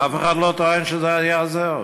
אף אחד לא טוען שזה היה זה.